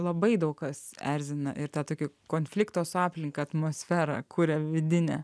labai daug kas erzina ir tą tokią konflikto su aplinka atmosferą kuria vidinę